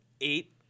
eight